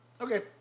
Okay